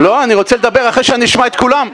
לא, אני רוצה לדבר אחרי שאני אשמע את כולם.